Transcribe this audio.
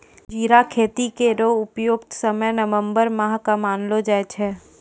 जीरा खेती केरो उपयुक्त समय नवम्बर माह क मानलो जाय छै